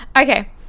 Okay